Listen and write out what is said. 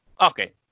Okay